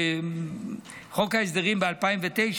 בחוק ההסדרים בשנת 2009,